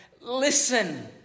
listen